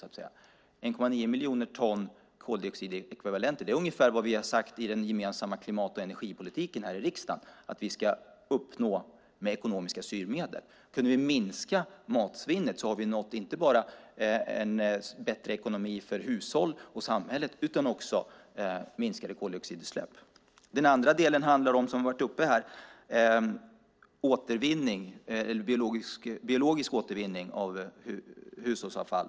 I den gemensamma energi och klimatpolitiken som vi har bestämt i riksdagen är 1,9 miljoner ton koldioxidekvivalenter ungefär vad vi har sagt att vi ska uppnå med ekonomiska styrmedel. Kunde vi minska matsvinnet har vi nått inte bara bättre ekonomi för hushåll och samhället utan också minskade koldioxidutsläpp. Den andra delen som varit uppe här är biologisk återvinning av hushållsavfall.